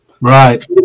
Right